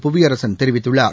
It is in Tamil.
புவியரசன் தெரிவித்துள்ளார்